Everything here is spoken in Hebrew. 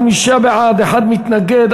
45 בעד, אחד נגד.